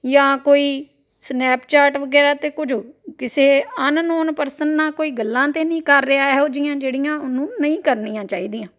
ਜਾਂ ਕੋਈ ਸਨੈਪਚੈਟ ਵਗੈਰਾ 'ਤੇ ਕੁਝ ਕਿਸੇ ਅਨਨੋਨ ਪਰਸਨ ਨਾਲ ਕੋਈ ਗੱਲਾਂ ਤਾਂ ਨਹੀਂ ਕਰ ਰਿਹਾ ਇਹੋ ਜਿਹੀਆਂ ਜਿਹੜੀਆਂ ਉਹਨੂੰ ਨਹੀਂ ਕਰਨੀਆਂ ਚਾਹੀਦੀਆਂ